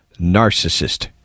narcissist